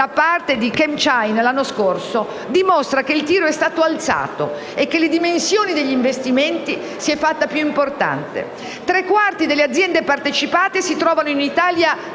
da parte di ChemChina, l'hanno scorso, dimostra che il tiro è stato alzato e che la dimensione degli investimenti si è fatta più importante. Tre quarti delle aziende partecipate si trovano nell'Italia